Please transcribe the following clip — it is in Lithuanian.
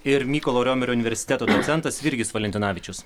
ir mykolo romerio universiteto docentas virgis valentinavičius